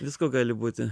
visko gali būti